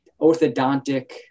orthodontic